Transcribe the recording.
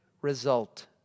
result